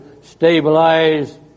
stabilize